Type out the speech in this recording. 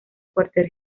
cuartel